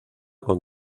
con